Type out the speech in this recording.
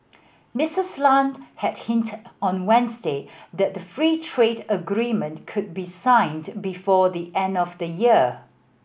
Missis Lam had hinted on Wednesday that the free trade agreement could be signed before the end of the year